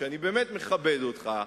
ואני באמת מכבד אותך,